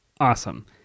Awesome